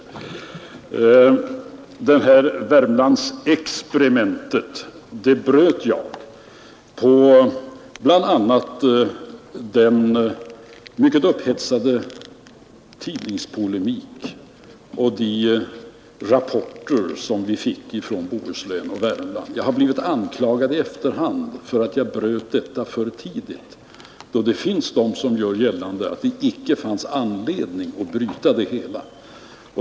Värmlandsexperimentet bröt jag, bl.a. på grund av den mycket upphetsade tidningspolemiken och de rapporter som vi fick från Bohuslän och Värmland. Jag har blivit anklagad i efterhand för att ha avbrutit detta experiment för tidigt. Det finns de som gör gällande att det icke fanns anledning att bryta försöket.